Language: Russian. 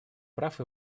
прав